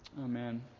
Amen